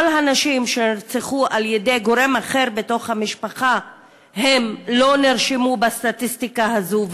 כל הנשים שנרצחו בידי גורם אחר בתוך המשפחה לא נרשמו בסטטיסטיקה הזאת.